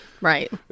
Right